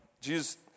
Jesus